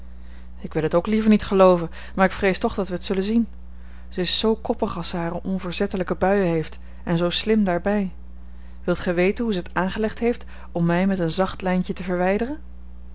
ik wil t ook liever niet gelooven maar ik vrees toch dat wij het zullen zien zij is zoo koppig als zij hare onverzettelijke buien heeft en zoo slim daarbij wilt gij weten hoe zij t aangelegd heeft om mij met een zacht lijntje te verwijderen